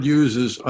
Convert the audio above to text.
uses